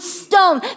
stone